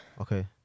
Okay